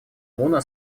муна